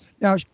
Now